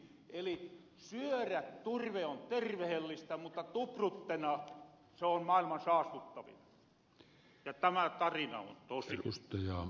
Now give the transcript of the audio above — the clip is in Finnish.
eli syörä turve on tervehellistä mutta tuprutteena se on mailman saastuttavin ja tämä tarina on tosi